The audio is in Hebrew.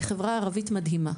אבל היא חברה ערבית מדהימה.